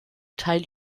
teil